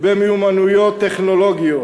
במיומנויות טכנולוגיות,